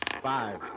five